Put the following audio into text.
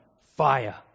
fire